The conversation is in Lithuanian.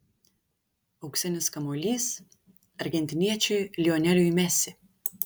auksinis kamuolys argentiniečiui lioneliui messi